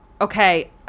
okay